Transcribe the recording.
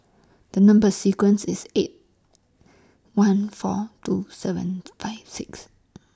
The Number sequence IS eight one four two seven five six